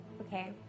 Okay